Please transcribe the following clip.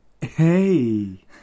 Hey